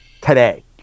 today